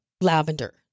lavender